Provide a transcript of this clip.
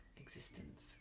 existence